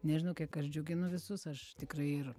nežinau kiek aš džiuginu visus aš tikrai ir